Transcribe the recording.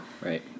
Right